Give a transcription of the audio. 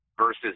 versus